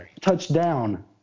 touchdown